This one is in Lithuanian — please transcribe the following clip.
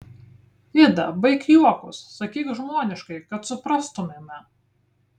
ida baik juokus sakyk žmoniškai kad suprastumėme